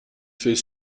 fait